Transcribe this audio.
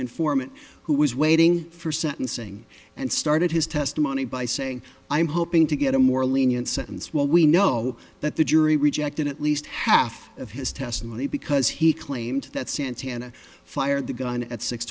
informant who was waiting for sentencing and started his testimony by saying i'm hoping to get a more lenient sentence while we know that the jury rejected at least half of his testimony because he claimed that santana fired the gun at six